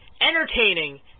entertaining